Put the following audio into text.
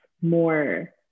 more